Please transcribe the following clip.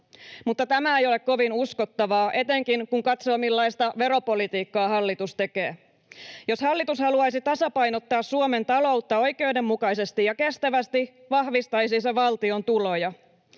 mutta tämä ei ole kovin uskottavaa, etenkin kun katsoo, millaista veropolitiikkaa hallitus tekee. Jos hallitus haluaisi tasapainottaa Suomen taloutta oikeudenmukaisesti ja kestävästi, vahvistaisi se valtion tuloja.